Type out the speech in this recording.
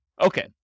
Okay